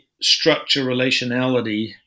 structure-relationality